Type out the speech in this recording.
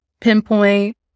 Pinpoint